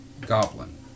goblin